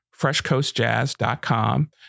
freshcoastjazz.com